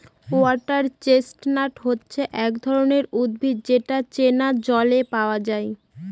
water chestnut হচ্ছে এক ধরনের উদ্ভিদ যেটা চীনা জলে পাওয়া যায়